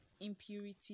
impurity